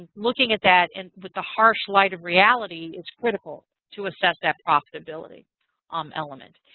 looking at that and with the harsh light of reality is critical to assess that profitability um element.